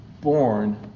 born